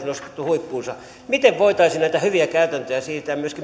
nostettu huippuunsa miten voitaisiin näitä hyviä käytäntöjä siirtää myöskin